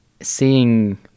seeing